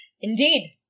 Indeed